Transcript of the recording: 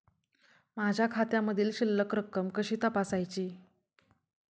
माझ्या खात्यामधील शिल्लक रक्कम कशी तपासायची?